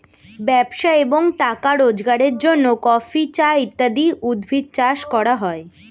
ব্যবসা এবং টাকা রোজগারের জন্য কফি, চা ইত্যাদি উদ্ভিদ চাষ করা হয়